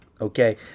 Okay